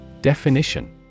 Definition